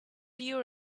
your